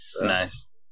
nice